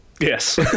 Yes